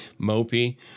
mopey